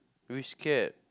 we scared